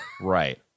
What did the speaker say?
Right